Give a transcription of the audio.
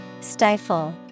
stifle